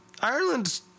Ireland